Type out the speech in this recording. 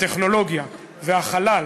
הטכנולוגיה והחלל,